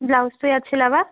ব্লাজটো ইয়াত চিলাবা